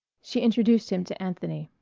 she introduced him to anthony.